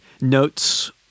notes